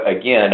again